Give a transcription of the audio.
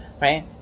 right